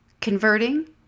converting